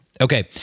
Okay